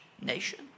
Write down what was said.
nation